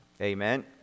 Amen